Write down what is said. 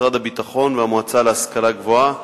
משרד הביטחון והמועצה להשכלה גבוהה.